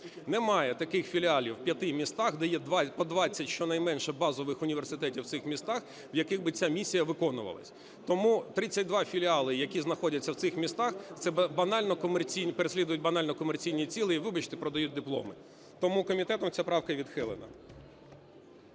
Немає таких філіалів в п'яти містах, де є по 20 щонайменше базових університетів в цих містах, в яких би ця місія виконувалася. Тому 32 філіали, які знаходяться в цих містах, це банально комерційні... переслідують банально комерційні цілі і, вибачте, продають дипломи. Тому комітетом ця правка відхилена.